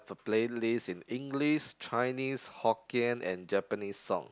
a playlist in English Chinese Hokkien and Japanese song